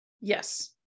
Yes